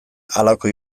halako